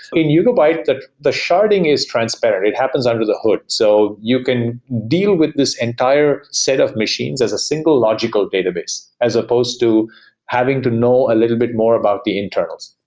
in yugabyte, the the sharding is transparent. it happens under the hood. so you can deal with this entire set of machines as a single logical database as supposed to having to know a little bit more about the internals.